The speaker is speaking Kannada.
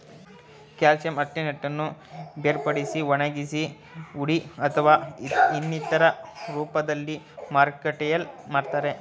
ಕ್ಯಾಲ್ಸಿಯಂ ಆರ್ಸಿನೇಟನ್ನು ಬೇರ್ಪಡಿಸಿ ಒಣಗಿಸಿ ಹುಡಿ ಅಥವಾ ಇನ್ನಿತರ ರೂಪ್ದಲ್ಲಿ ಮಾರುಕಟ್ಟೆಲ್ ಮಾರ್ತರೆ